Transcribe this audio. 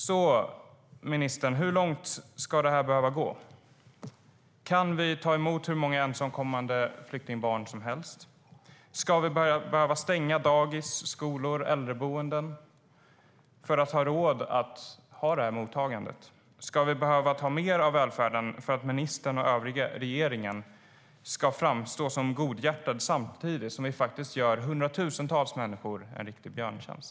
Så, ministern, hur långt ska det här behöva gå? Kan vi ta emot hur många ensamkommande flyktingbarn som helst? Ska vi behöva börja stänga dagis, skolor och äldreboenden för att ha råd att ha det här mottagandet? Ska vi behöva ta mer av välfärden för att ministern och de övriga i regeringen ska framstå som godhjärtade, samtidigt som ni faktiskt gör hundratusentals människor en riktig björntjänst?